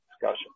discussion